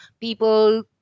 People